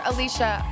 Alicia